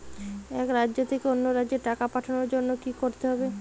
এক রাজ্য থেকে অন্য রাজ্যে টাকা পাঠানোর জন্য কী করতে হবে?